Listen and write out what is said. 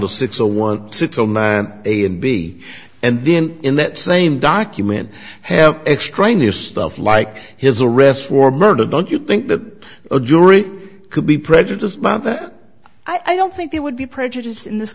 a and b and then in that same document have extraneous stuff like his arrest for murder don't you think that a jury could be prejudiced but i don't think it would be prejudiced in this